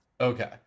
Okay